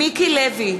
מיקי לוי,